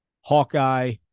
Hawkeye